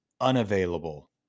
unavailable